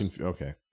Okay